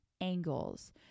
angles